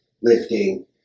lifting